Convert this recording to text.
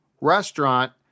restaurant